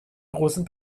großen